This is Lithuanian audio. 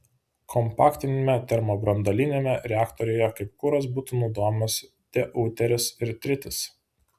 kompaktiniame termobranduoliniame reaktoriuje kaip kuras būtų naudojamas deuteris ir tritis